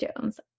Jones